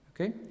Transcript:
okay